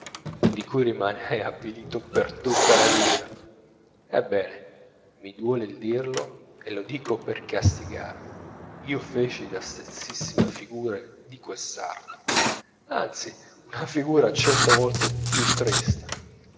di cui rimane avvilito per tutta la vita ebbene mi duole il dirlo e lo dico per castigarmi io feci la stessissima figura di quel sarto anzi una figura cento volte più trista